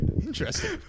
interesting